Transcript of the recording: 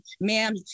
Ma'am